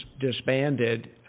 disbanded